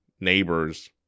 neighbors